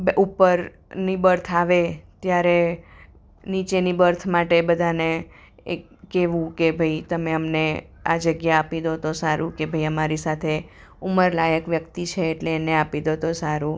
ઉપરની બર્થ આવે ત્યારે નીચેની બર્થ માટે બધાને એ કહેવું કે ભાઈ તમે અમને આ જગ્યા આપી દો તો સારું કે ભાઈ અમારી સાથે ઉંમરલાયક વ્યક્તિ છે એટલે એને આપી દો તો સારું